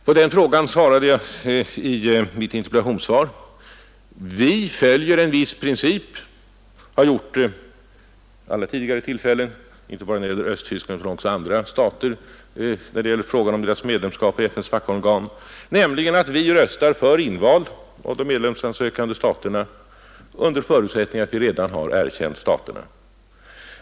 På den här frågan svarade jag i mitt interpellationssvar: Vi följer en viss princip och har gjort det vid alla tidigare tillfällen — inte bara när det gäller Östtyskland utan också när det gäller frågan om andra staters medlemskap i FN:s fackorgan — nämligen att vi röstar för inval av de medlemsansökande staterna under förutsättning att vi redan har erkänt dem.